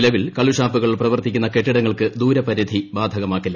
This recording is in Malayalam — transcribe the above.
നിലവിൽ കള്ളുഷാപ്പുകൾ പ്രവർത്തിക്കുന്ന കെട്ടിടങ്ങൾക്ക് ദൂരപരിധി ബാധകമാക്കില്ല